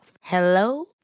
Hello